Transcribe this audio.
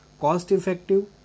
Cost-effective